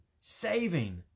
saving